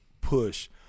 push